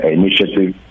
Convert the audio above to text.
initiative